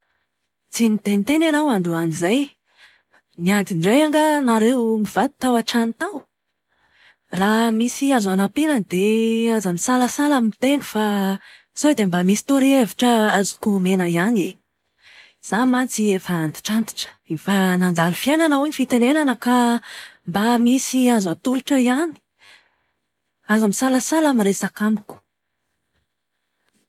Tsy niteniteny ianao androany izay. Niady indray angaha ianareo mivady tao an-trano tao? Raha misy azo hanampiana dia aza misalasala miteny fa sao dia mba misy torohevitra azoko omena ihany e. Izaho mantsy efa antitrantitra. Efa nandalo fiainana hoy ny fitenena ka mba misy azo atolotra ihany! Aza misalasala miresaka amiko.